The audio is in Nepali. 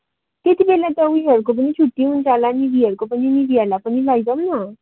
त्यति बेला त उयोहरूको पनि छुट्टी हुन्छ होला निभीहरूको पनि निभीहरूलाई पनि लैजाउँ न